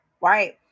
right